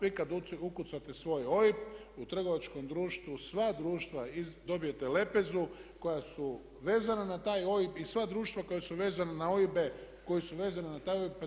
Vi kada ukucate svoj OIB, u trgovačkom društvu sva društva, dobijete lepezu koja su vezana na taj OIB i sva društva koja su vezana na OIB-e, koja su vezana na taj OIB.